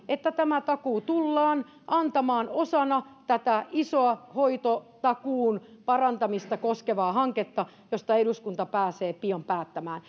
että tämä takuu tullaan antamaan osana tätä isoa hoitotakuun parantamista koskevaa hanketta josta eduskunta pääsee pian päättämään